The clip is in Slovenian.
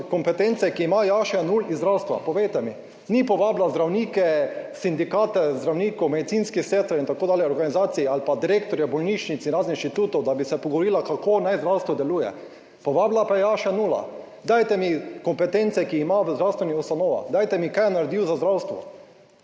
kompetence, ki ima Jaša Jenull iz zdravstva, povejte mi. Ni povabila zdravnike, sindikate zdravnikov, medicinskih sester in tako dalje, organizacij ali pa direktorje bolnišnic in raznih inštitutov, da bi se pogovorila kako naj zdravstvo deluje. Povabila pa je Jaša Nula. Dajte mi kompetence, ki jih ima v zdravstvenih ustanovah, dajte mi, kaj je naredil za zdravstvo.